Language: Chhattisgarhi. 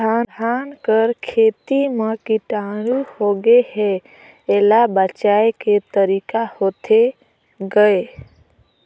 धान कर खेती म कीटाणु होगे हे एला बचाय के तरीका होथे गए?